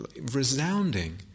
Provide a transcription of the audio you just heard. resounding